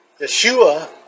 Yeshua